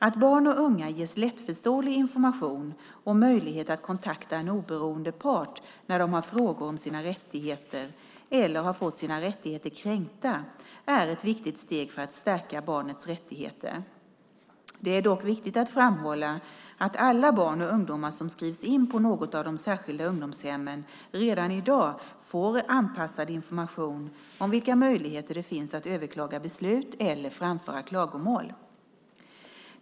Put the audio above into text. Att barn och unga ges lättförståelig information och möjlighet att kontakta en oberoende part när de har frågor om sina rättigheter eller har fått sina rättigheter kränkta är ett viktigt steg för att stärka barnets rättigheter. Det är dock viktigt att framhålla att alla barn och ungdomar som skrivs in på något av de särskilda ungdomshemmen redan i dag får anpassad information om vilka möjligheter det finns att överklaga beslut eller framföra klagomål.